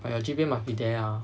but your G_P_A must be there ah